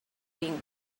being